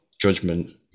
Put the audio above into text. judgment